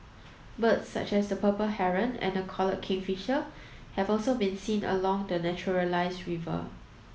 birds such as the purple Heron and the collared kingfisher have also been seen along the naturalised river